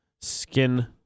skin